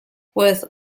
with